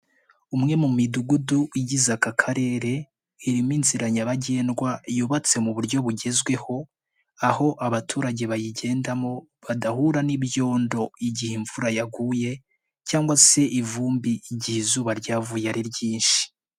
Umwe mu Midugudu igize aka Karere irimo inzira nyabagendwa yubatse mu buryo bugezweho, aho abaturage bayigendamo badahura n'ibyondo igihe imvura yaguye cyangwa se ivumbi igihe izuba ryavuye ari ryinshi.